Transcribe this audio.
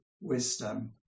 wisdom